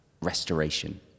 restoration